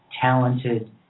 talented